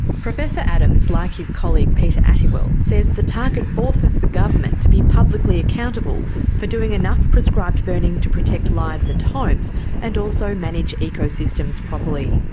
professor adams, like his colleague peter attiwill, says the target forces the government to be publicly accountable for doing enough prescribed burning to protect lives and homes and also manage ecosystems properly.